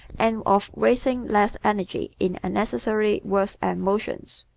and of wasting less energy in unnecessary words and motions.